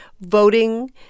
voting